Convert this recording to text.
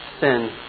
sin